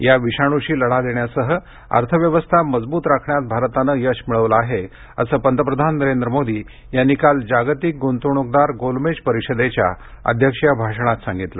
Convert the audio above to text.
या विषाणूशी लढा देण्यासह अर्थ व्यवस्था मजबूत राखण्यात भारतानं यश मिळवलं आहे असं पंतप्रधान नरेंद्र मोदी यांनी आज जागतिक गुंतवणूकदार गोलमेज परिषदेच्या अध्यक्षीय भाषणात सांगितलं